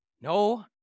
No